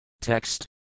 TEXT